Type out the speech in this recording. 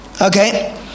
okay